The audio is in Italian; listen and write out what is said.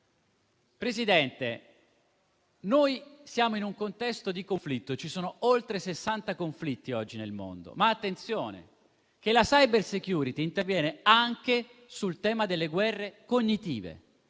Presidente, noi siamo in un contesto di conflitto, ci sono oltre 60 conflitti oggi nel mondo, ma attenzione che la *cybersecurity* interviene anche sul tema delle guerre cognitive,